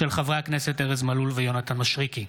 של חברי הכנסת ארז מלול ויונתן מישרקי.